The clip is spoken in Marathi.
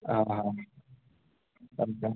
हां हां अच्छा